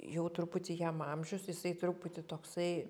jau truputį jam amžius jisai truputį toksai